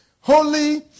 holy